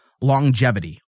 longevity